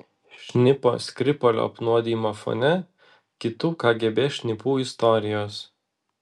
šnipo skripalio apnuodijimo fone kitų kgb šnipų istorijos